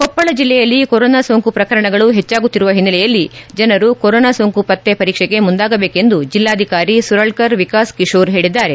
ಕೊಪ್ಪಳ ಜಿಲ್ಲೆಯಲ್ಲಿ ಕೊರೊನಾ ಸೋಂಕು ಪ್ರಕರಣಗಳು ಹೆಚ್ಚಾಗುತ್ತಿರುವ ಹಿನ್ನೆಲೆಯಲ್ಲಿ ಜನರು ಕೊರೊನಾ ಸೋಂಕು ಪತ್ತೆ ಪರೀಕ್ಷೆಗೆ ಮುಂದಾಗಬೇಕೆಂದು ಜಿಲ್ಲಾಧಿಕಾರಿ ಸುರಳ್ಕರ್ ವಿಕಾಸ್ ಕಿಶೋರ್ ಹೇಳಿದ್ದಾರೆ